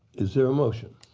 is there a motion?